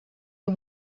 you